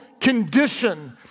condition